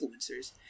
influencers